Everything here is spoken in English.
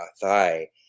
thigh